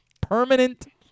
Permanent